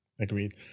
Agreed